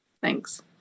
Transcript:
Thanks